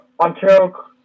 Ontario